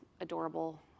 adorable